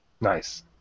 Nice